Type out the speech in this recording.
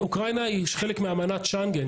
אוקראינה היא חלק מאמנת שנגן.